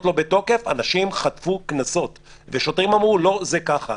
אנשים חטפו קנסות והשוטרים אמרו: לא, זה ככה.